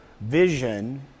vision